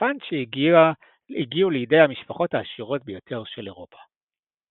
וסופן שהגיעו לידי המשפחות העשירות ביותר של אירופה.